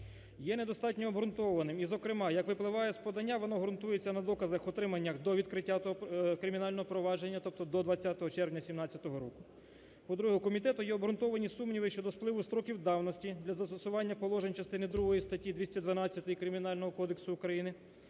є не достатньо обґрунтованим. І зокрема, як випливає з подання, воно ґрунтується на доказах, отриманих до відкриття кримінального провадження, тобто до 20 червня 2017 року. По-друге, у комітету є обґрунтовані сумніви щодо спливу строків давності для застосування положень Частини ІІ статті 212 Кримінального кодексу України